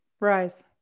rise